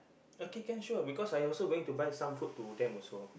okay can sure because I also going to buy some food to them also